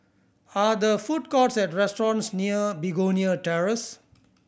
are there food courts and restaurants near Begonia Terrace